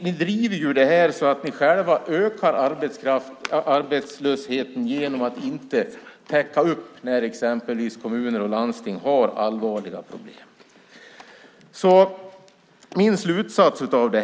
Ni driver detta så att arbetslösheten ökar genom att inte täcka upp när till exempel kommuner och landsting har allvarliga problem. Min slutsats blir följande.